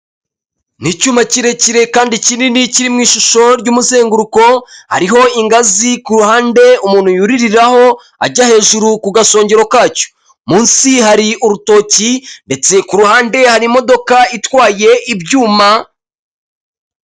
Ni icyuma kirekire kandi kinini kiririmo ishusho ry'umusenguruko, hariho ingazi k'uruhande umuntu yuririraho ajya hejuru ku gasongero kacyo. Munsi hari urutoki, ndetse k'uruhande hari imodoka itwaye ibyuma,